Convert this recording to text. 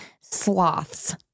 sloths